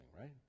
right